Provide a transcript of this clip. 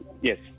Yes